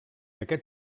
aquest